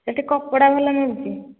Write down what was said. ସେଠି କପଡ଼ା ଭଲ ମିଳୁଛି